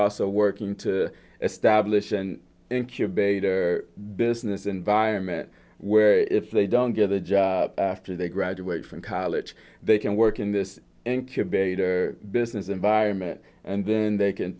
also working to establish an incubator business environment where if they don't get a job after they graduate from college they can work in this incubator business environment and then they can